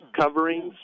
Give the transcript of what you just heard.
coverings